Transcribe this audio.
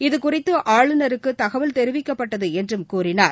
இது குறித்து ஆளுநருக்கு தகவல் தெரிவிக்கப்பட்டது என்றும் கூறினார்